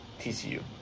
TCU